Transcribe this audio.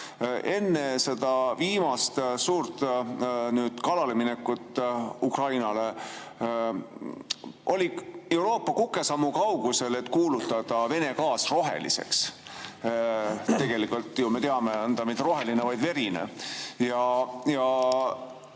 Enne seda viimast suurt kallaleminekut Ukrainale oli Euroopa kukesammu kaugusel, et kuulutada Vene gaas roheliseks. Tegelikult me ju teame, ei ole ta mitte roheline, vaid verine.